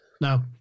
No